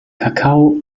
kakao